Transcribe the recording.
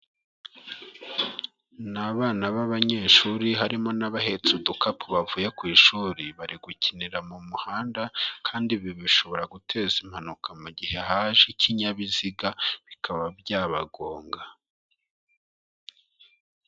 Ni abana b'abanyeshuri harimo n'abahetse udukapu, bavuye ku ishuri bari gukinira mu muhanda, kandi ibi bishobora guteza impanuka mu gihe haje ikinyabiziga bikaba by'abagonga.